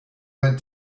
went